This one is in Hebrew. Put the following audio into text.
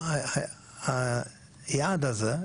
היעד הזה,